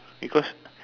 because